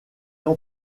ans